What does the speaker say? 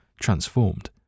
transformed